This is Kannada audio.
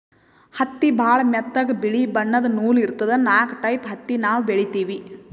ಹತ್ತಿ ಭಾಳ್ ಮೆತ್ತಗ ಬಿಳಿ ಬಣ್ಣದ್ ನೂಲ್ ಇರ್ತದ ನಾಕ್ ಟೈಪ್ ಹತ್ತಿ ನಾವ್ ಬೆಳಿತೀವಿ